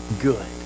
good